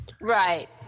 Right